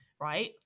right